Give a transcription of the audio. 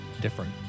different